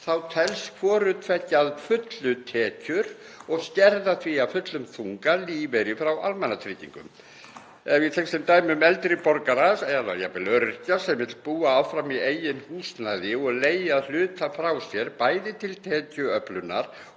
þá telst hvoru tveggja að fullu tekjur og skerðir því af fullum þunga lífeyri frá almannatryggingum. Ef ég tek sem dæmi eldri borgara eða jafnvel öryrkja sem vill búa áfram í eigin húsnæði og leigja hluta frá sér, bæði til tekjuöflunar